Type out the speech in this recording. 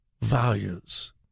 values